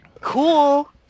Cool